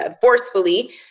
forcefully